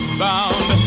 bound